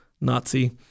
Nazi